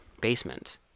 basement